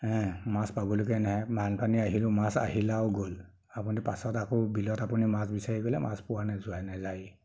মাছ পাবলৈকে নাই বানপানী আহিলেও মাছ আহিল আৰু গ'ল আপুনি পাছত আকৌ বিলত আপুনি মাছ বিচাৰি গ'লে মাছ পোৱা যোৱা নাযায়ে